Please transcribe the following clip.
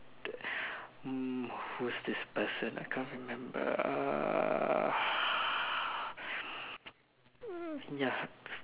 mm who's this person I can't remember